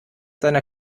seiner